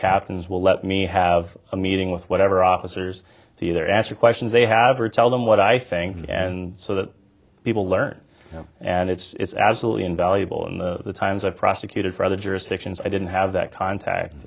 captains will let me have a meeting with whatever officers see there ask the questions they have or tell them what i think and so that people learn and it's absolutely invaluable and the times i've prosecuted for other jurisdictions i didn't have that contact